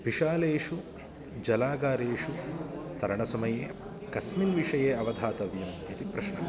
विशालेषु जलागारेषु तरणसमये कस्मिन् विषये अवधातव्यम् इति प्रश्नः